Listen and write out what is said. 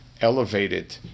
elevated